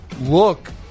look